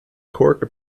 cork